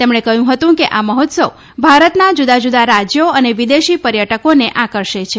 તેમણે કહયું હતું કે આ મહોત્સવ ભારતના જુદા જુદા રાજયો અને વિદેશી પર્યટકોને આકર્ષે છે